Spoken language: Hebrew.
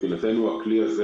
הכלי הזה